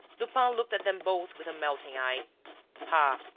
lupin looked at them both with a melting eye ah,